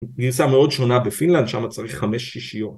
גרסה מאוד שונה בפינלנד שמה צריך חמש שישיות